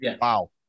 wow